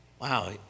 wow